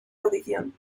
audición